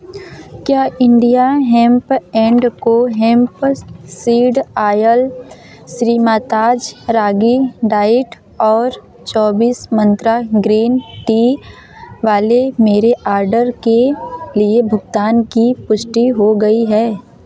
क्या India hemp and co hemp seed oil श्रीमाताज ragi diet और चौबीस मंत्रा ग्रीन टी वाले मेरे ऑर्डर के लिए भुगतान की पुष्टि हो गई है